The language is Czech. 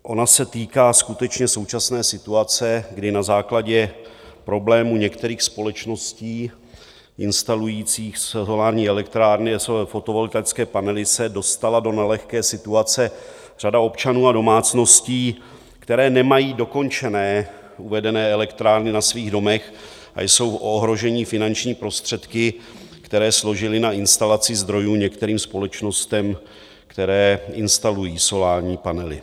Ona se týká skutečně současné situace, kdy na základě problémů některých společností instalujících solární elektrárny a fotovoltaické panely se dostala do nelehké situace řada občanů a domácností, které nemají dokončené uvedené elektrárny na svých domech, a jsou ohroženy finanční prostředky, které složili na instalaci zdrojů některým společnostem, které instalují solární panely.